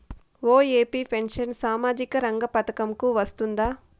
OAP pension సామాజిక రంగ పథకం కు వస్తుందా?